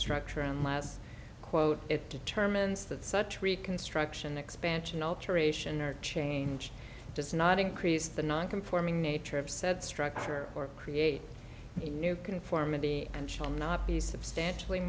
structure and last quote it determines that such reconstruction expansion alteration or change does not increase the non conforming nature of said structure or create a new conformity and shall not be substantially